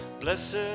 blessed